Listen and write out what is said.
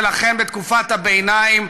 ולכן בתקופת הביניים,